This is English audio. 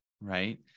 right